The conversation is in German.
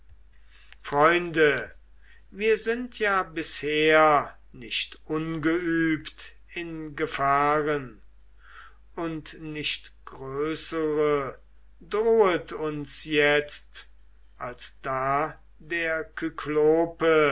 freunde wir sind ja bisher nicht ungeübt in gefahren und nicht größere drohet uns jetzt als da der